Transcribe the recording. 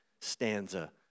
stanza